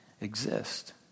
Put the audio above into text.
exist